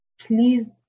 please